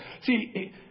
See